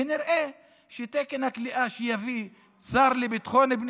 ונראה שתקן הכליאה שיביא השר לביטחון פנים,